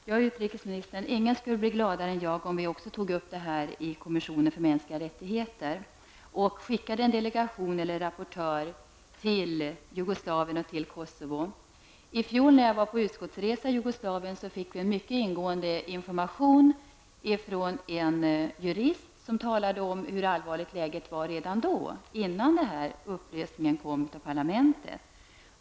Herr talman! Ingen skulle bli gladare, utrikesministern, än jag om vi också tog upp denna fråga i kommissionen för mänskliga rättigheter och skickade en delegation eller en rapportör till I fjol när jag var på utskottsresa till Jugoslavien, fick vi mycket ingående information från en jurist som talade om hur allvarligt läget var redan då -- innan parlamentet upplöstes.